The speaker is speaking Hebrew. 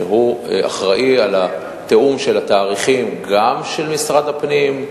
והוא אחראי לתיאום של התאריכים גם של משרד הפנים,